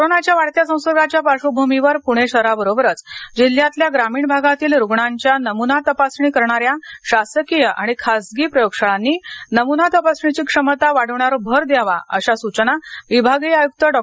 कोरोनाच्या वाढत्या संसर्गाच्या पार्श्वभूमीवर पणे शहरावरोबरच जिल्हयातल्या ग्रामीण भागातील रुग्णांच्या नमुना तपासणी करणाऱ्या शासकीय आणि खाजगी प्रयोगशाळांनी नमुना तपासणीची क्षमता वाढविण्यावर भर द्यावा अशा सूचना विभागीय आयुक्त डॉ